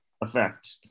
effect